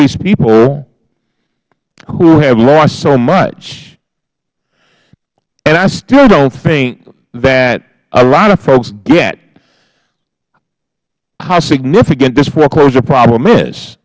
these people who have lost so much and i still don't think that a lot of folks get how significant this foreclosure problem is